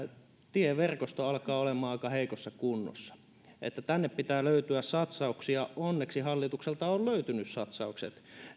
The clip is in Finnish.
tieverkosto alkaa olemaan aika heikossa kunnossa tänne pitää löytyä satsauksia onneksi hallitukselta on löytynyt satsaukset